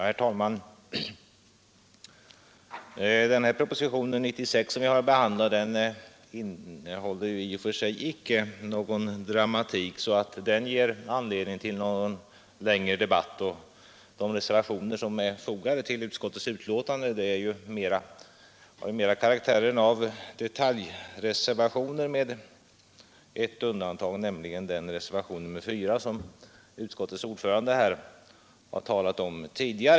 Herr talman! Den här propositionen 96 som vi har att behandla innehåller ju i och för sig icke någon dramatik så att den ger anledning till längre debatt, och de reservationer som är fogade till utskottets betänkande har mera karaktären av detaljreservationer, med ett undantag, nämligen den reservation, nr 4, som utskottets ordförande tidigare har talat om.